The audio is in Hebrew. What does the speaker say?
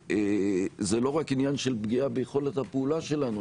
זה לא רק עניין של פגיעה ביכולת הפעולה שלנו,